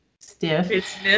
stiff